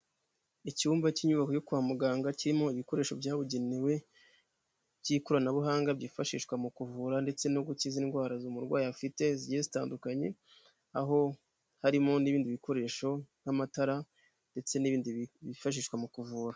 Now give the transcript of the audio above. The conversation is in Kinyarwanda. Icyumba cy'inyubako yo kwa muganga kirimo ibikoresho byabugenewe